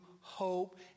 hope